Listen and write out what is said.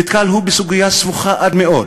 נתקל הוא בסוגיה סבוכה עד מאוד: